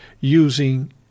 using